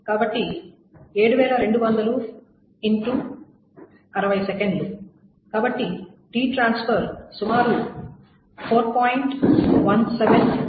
కాబట్టి 7200 X 60 సెకన్లు కాబట్టి Ttransfer సుమారు 4